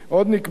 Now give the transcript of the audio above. עוד נקבע,